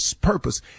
purpose